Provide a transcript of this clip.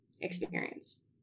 experience